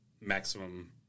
maximum